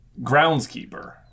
groundskeeper